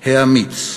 האמיץ,